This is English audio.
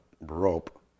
rope